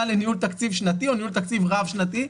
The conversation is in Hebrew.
לניהול תקציב שנתי או ניהול תקציב רב שנתי,